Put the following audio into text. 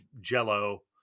jello